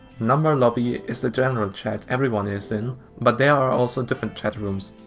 numberlobby is the general chat everyone is in but there are also different chat rooms.